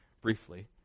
briefly